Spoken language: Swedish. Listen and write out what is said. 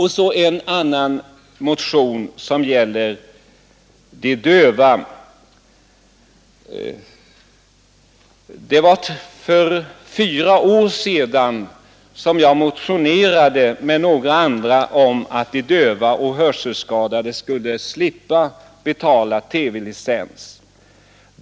Och så en motion som gäller de döva. För fyra år sedan motionerade jag tillsammans med några andra ledamöter om att de döva och hörselskadade skulle slippa betala TV-licenser.